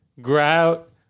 grout